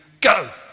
Go